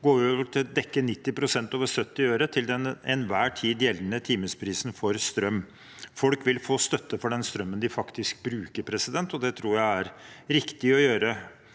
går vi over til å dekke 90 pst. over 70 øre til den enhver tid gjeldende timeprisen for strøm. Folk vil få støtte for den strømmen de faktisk bruker, og det tror jeg er riktig å gjøre